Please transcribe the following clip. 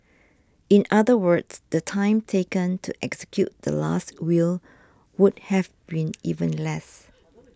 in other words the time taken to execute the Last Will would have been even less